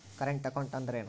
Current account ಅಂದರೇನು?